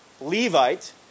Levite